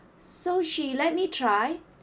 so she let me try